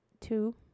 two